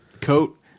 coat